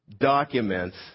documents